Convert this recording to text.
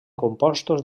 compostos